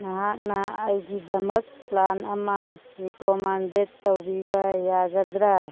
ꯅꯍꯥꯛꯅ ꯑꯩꯒꯤꯗꯃꯛ ꯄ꯭ꯂꯥꯟ ꯑꯃ ꯔꯤꯀꯣꯝꯃꯦꯟꯗꯦꯠ ꯇꯧꯕꯤꯕ ꯌꯥꯒꯗ꯭ꯔꯥ